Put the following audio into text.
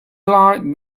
like